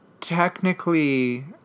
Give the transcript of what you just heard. technically